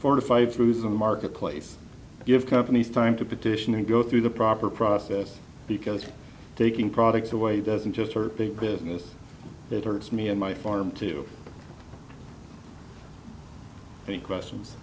fortified through the marketplace give companies time to petition and go through the proper process because taking products away doesn't just hurt big business it hurts me and my farm to think questions